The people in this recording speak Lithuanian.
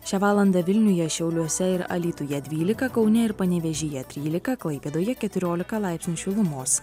šią valandą vilniuje šiauliuose ir alytuje dvylika kaune ir panevėžyje trylika klaipėdoje keturiolika laipsnių šilumos